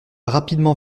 rapidement